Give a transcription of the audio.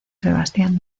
sebastián